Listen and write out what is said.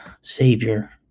Savior